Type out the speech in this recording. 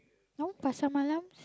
no pasar malams